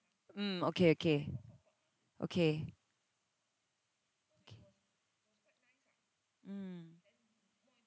um okay okay okay okay um